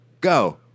Go